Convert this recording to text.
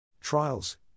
Trials